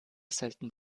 selten